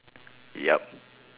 yup